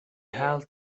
held